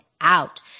out